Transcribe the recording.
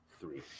three